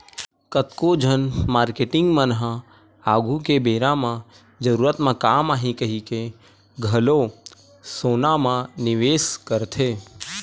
कतको झन मारकेटिंग मन ह आघु के बेरा म जरूरत म काम आही कहिके घलो सोना म निवेस करथे